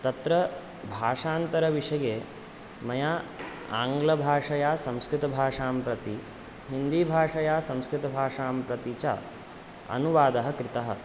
तत्र भाषान्तरविषये मया आङ्ग्लभाषया संस्कृतभाषां प्रति हिन्दीभाषया संस्कृतभाषां प्रति च अनुवादः कृतः